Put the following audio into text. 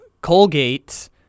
Colgate